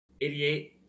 88